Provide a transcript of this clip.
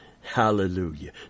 Hallelujah